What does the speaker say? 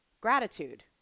gratitude